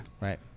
right